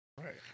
Right